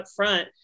upfront